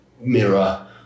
mirror